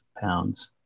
pounds